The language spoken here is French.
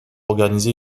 organiser